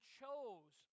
chose